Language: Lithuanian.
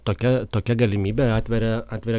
tokia tokia galimybė atveria atveria